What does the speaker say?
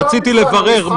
רונן,